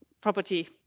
property